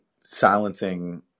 silencing